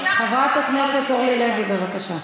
חברת הכנסת אורלי לוי, בבקשה.